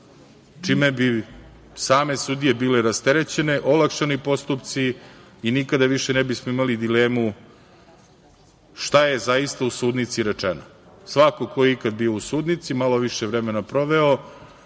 čime bi same sudije bile rasterećene, olakšani postupci i nikada više ne bismo imali dilemu šta je zaista u sudnici rečeno. Svako ko je ikada bio u sudnici, malo više vremena proveo,